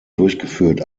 durchgeführt